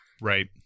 Right